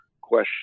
question